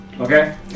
Okay